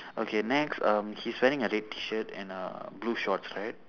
okay next um he's wearing a red T-shirt and a blue shorts right